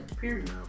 Period